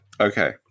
Okay